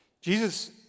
Jesus